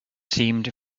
seemed